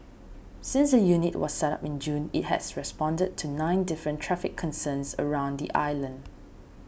since the unit was set up in June it has responded to nine different traffic concerns around the island